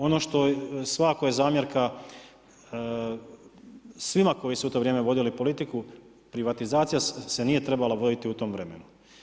Ono što svakako je zamjerka svima koji su u to vrijeme vodili politiku, privatizacije se nije trebala voditi u tom vremenu.